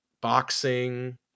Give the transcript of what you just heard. boxing